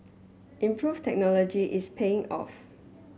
improved technology is paying off